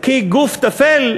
כאל גוף טפל,